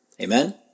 Amen